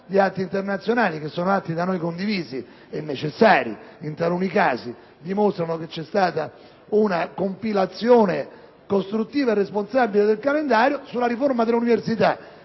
di atti internazionali - atti da noi condivisi e necessari, in taluni casi - dimostra che vi è stata una compilazione costruttiva e responsabile del calendario. Sulla riforma dell'università